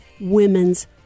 women's